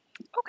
Okay